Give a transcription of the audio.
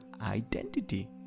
identity